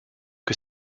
que